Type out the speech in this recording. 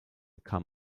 kam